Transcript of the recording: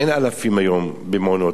אין אלפים היום במעונות,